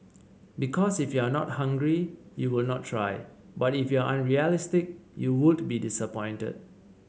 because if you are not hungry you would not try but if you are unrealistic you would be disappointed